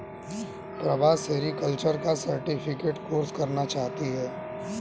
Prabha sericulture का certificate course करना चाहती है